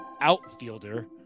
outfielder